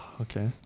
okay